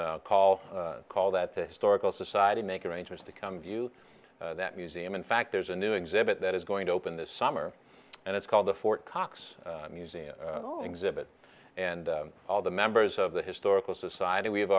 historical society make arrangements to come view that museum in fact there's a new exhibit that is going to open this summer and it's called the fort cox museum exhibit and all the members of the historical society we have